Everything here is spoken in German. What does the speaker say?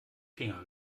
finger